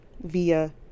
via